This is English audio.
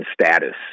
status